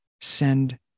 Send